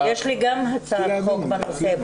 יש לי גם הצעת חוק בנושא.